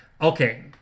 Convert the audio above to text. okay